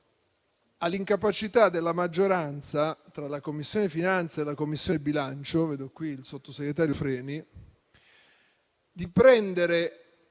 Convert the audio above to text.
all'incapacità della maggioranza, tra la Commissione finanze e la Commissione bilancio - vedo qui il sottosegretario Freni - di prendere